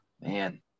man